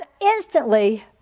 instantly